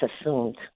assumed